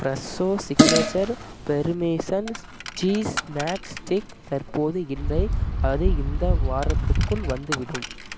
Fresho signature parmesan cheese snack stick தற்போது இல்லை அது இந்த வாரத்துக்குள் வந்துவிடும்